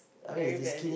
very bad at it